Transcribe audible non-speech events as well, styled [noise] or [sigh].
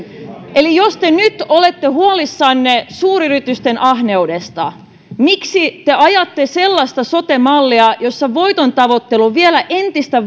eli jos te nyt olette huolissanne suuryritysten ahneudesta miksi te ajatte sellaista sote mallia jossa voitontavoittelu vielä entistä [unintelligible]